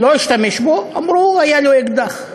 לא שהשתמש בו, אמרו: היה לו אקדח.